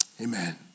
Amen